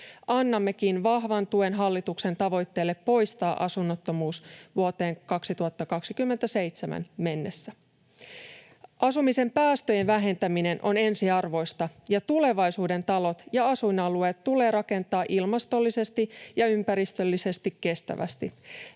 Annammekin vahvan tuen hallituksen tavoitteelle poistaa asunnottomuus vuoteen 2027 mennessä. Asumisen päästöjen vähentäminen on ensiarvoista, ja tulevaisuuden talot ja asuinalueet tulee rakentaa ilmastollisesti ja ympäristöllisesti kestävästi.